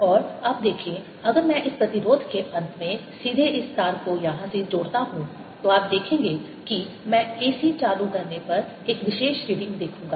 और अब देखें अगर मैं इस प्रतिरोध के अंत में सीधे इस तार को यहां से जोड़ता हूं तो आप देखेंगे कि मैं AC चालू करने पर एक विशेष रीडिंग देखूंगा